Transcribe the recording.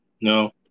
no